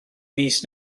mis